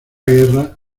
guerra